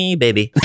baby